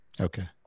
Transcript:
Okay